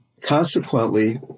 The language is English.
Consequently